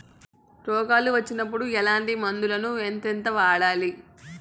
రోగాలు వచ్చినప్పుడు ఎట్లాంటి మందులను ఎంతెంత వాడాలి?